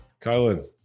kylan